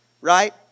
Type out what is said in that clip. right